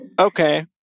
Okay